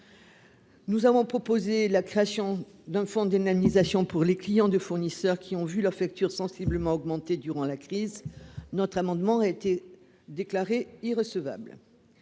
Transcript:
Nous avons proposé la création d'un fonds d'indemnisation pour les clients de fournisseurs qui ont vu leur facture sensiblement augmenté durant la crise notre amendement a été déclarée irrecevable,